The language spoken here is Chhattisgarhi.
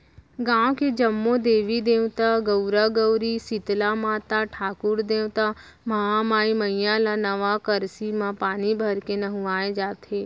गाँव के जम्मो देवी देवता, गउरा गउरी, सीतला माता, ठाकुर देवता, महामाई मईया ल नवा करसी म पानी भरके नहुवाए जाथे